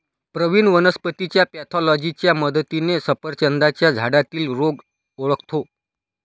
प्रवीण वनस्पतीच्या पॅथॉलॉजीच्या मदतीने सफरचंदाच्या झाडातील रोग ओळखतो